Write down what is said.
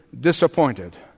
disappointed